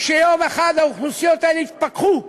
שיום אחד האוכלוסיות האלה יתפכחו,